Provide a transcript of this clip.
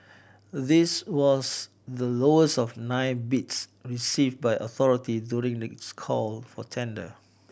this was the lowest of the nine bids received by authority during its call for tender